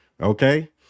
Okay